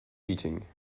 meeting